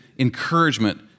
encouragement